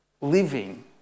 living